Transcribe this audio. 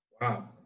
Wow